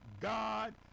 God